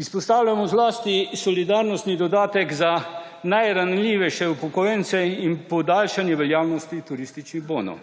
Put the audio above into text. Izpostavljamo zlasti solidarnostni dodatek za najranljivejše upokojence in podaljšanje veljavnosti turističnih bonov.